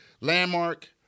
Landmark